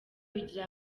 bigira